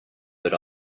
that